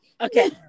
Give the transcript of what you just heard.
Okay